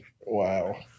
Wow